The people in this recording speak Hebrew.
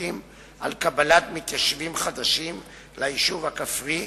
מחליטים על קבלת מתיישבים חדשים ליישוב הכפרי,